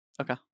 Okay